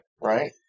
right